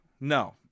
No